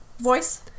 voice